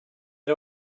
had